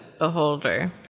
beholder